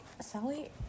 Sally